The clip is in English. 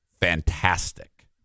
fantastic